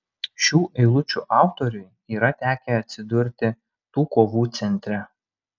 šių eilučių autoriui yra tekę atsidurti tų kovų centre